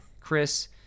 Chris